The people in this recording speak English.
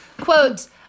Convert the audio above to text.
Quotes